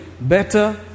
Better